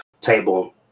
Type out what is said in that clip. table